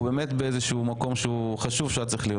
הוא באמת במקום חשוב שהוא היה צריך להיות.